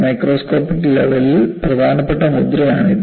microscopic ലെവലിൽ പ്രധാനപ്പെട്ട മുദ്രയാണ് ഇത്